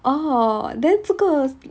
oh then 这个